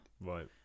right